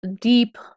deep